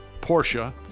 Porsche